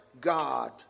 God